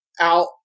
out